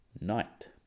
night